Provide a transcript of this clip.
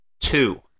two